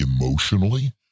emotionally